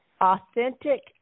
Authentic